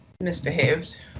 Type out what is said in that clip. misbehaved